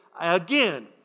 Again